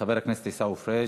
חבר הכנסת עיסאווי פריג'.